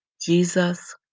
Jesus